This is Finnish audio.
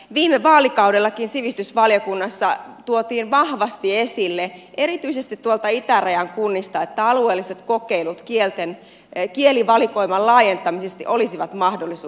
viime vaalikaudellakin sivistysvaliokunnassa tuotiin vahvasti esille erityisesti itärajan kunnista että alueelliset kokeilut kielivalikoiman laajentamisesta olisivat mahdollisia